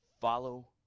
follow